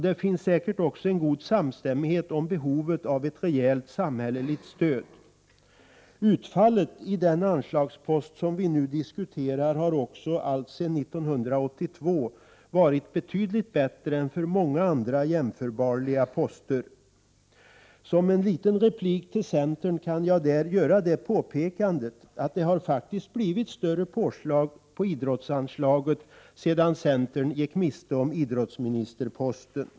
De finns säkert också en god samstämmighet om behovet av ett rejält samhälleligt stöd. Utfallet i den anslagspost som vi nu diskuterar har också alltsedan 1982 varit betydligt bättre än för många andra jämförbara poster. Som en liten replik till centerns företrädare kan jag göra påpekandet att det faktiskt gjorts större påslag på idrottsanslaget sedan centern gick miste om idrottsministerposten.